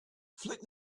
flick